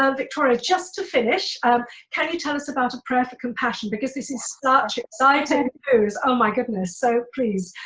ah victoria just to finish, um can you tell us about, a prayer for compassion because this is such exciting news. oh my goodness! so, please.